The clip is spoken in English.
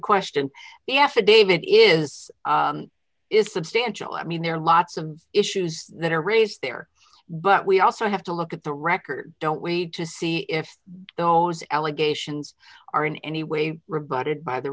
question the affidavit is is substantial i mean there are lots of issues that are raised there but we also have to look at the record don't wait to see if those allegations are in any way rebutted by the